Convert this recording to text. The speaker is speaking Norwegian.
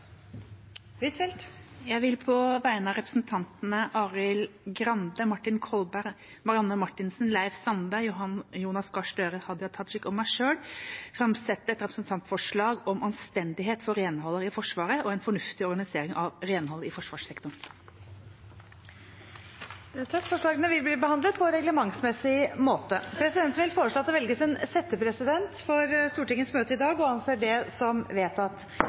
Jeg vil på vegne av representantene Arild Grande, Martin Kolberg, Marianne Marthinsen, Leif Audun Sande, Jonas Gahr Støre, Hadia Tajik og meg selv framsette et representantforslag om anstendighet for renholderne i Forsvaret og en fornuftig organisering av renholdet i forsvarssektoren. Forslagene vil bli behandlet på reglementsmessig måte. Presidenten vil foreslå at det velges en settepresident for Stortingets møte i dag – og anser det som vedtatt.